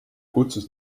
kutsus